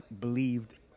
believed